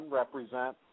represent